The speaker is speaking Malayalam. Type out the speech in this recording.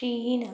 ഷീന